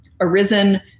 arisen